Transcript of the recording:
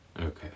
Okay